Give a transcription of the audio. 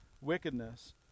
wickedness